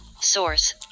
Source